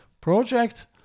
project